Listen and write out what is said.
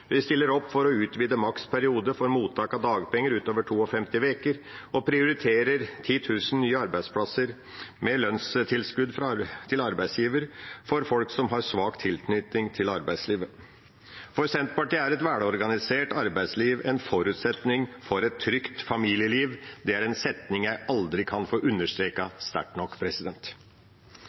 Vi stiller opp for å utvide maks periode for mottak av dagpenger utover 52 uker og prioriterer 10 000 nye arbeidsplasser med lønnstilskudd til arbeidsgiver for folk som har svak tilknytning til arbeidslivet. For Senterpartiet er et velorganisert arbeidsliv en forutsetning for et trygt familieliv. Det er en setning jeg aldri kan få understreket sterkt nok.